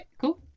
Cool